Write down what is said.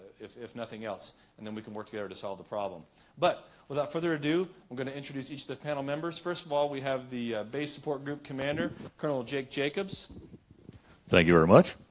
if if nothing else and then we can work together to solve the problem but without further ado i'm going to introduce each of the panel members first of all we have the base support group commander colonel jake jacobs thank you very much.